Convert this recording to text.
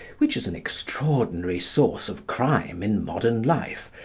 which is an extraordinary source of crime in modern life,